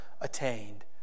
attained